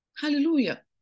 Hallelujah